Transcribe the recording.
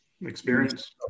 Experience